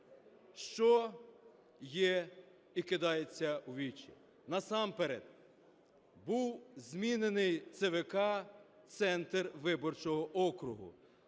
Що є і кидається у вічі. Насамперед був змінений ЦВК центр виборчого округу